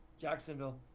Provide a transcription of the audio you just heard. Jacksonville